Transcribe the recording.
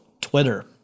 Twitter